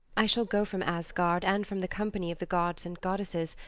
i shall go from asgard and from the company of the gods and goddesses,